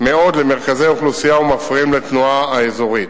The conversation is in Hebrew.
מאוד למרכזי אוכלוסייה ומפריעים לתנועה האזורית.